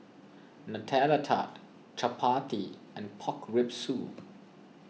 Nutella Tart Chappati and Pork Rib Soup